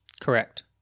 Correct